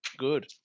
Good